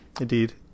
indeed